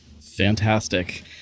Fantastic